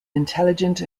intelligent